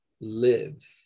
live